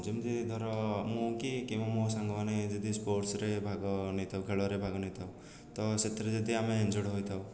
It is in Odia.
ଯେମିତି ଧର ମୁଁ କି କିମ୍ୱା ମୋ ସାଙ୍ଗମାନେ ଯଦି ସ୍ପୋର୍ଟ୍ସ୍ରେ ଭାଗ ନେଇଥାଉ ଖେଳରେ ଭାଗ ନେଇଥାଉ ତ ସେଥିରେ ଯଦି ଆମେ ଏଞ୍ଜଡ଼୍ ହୋଇଥାଉ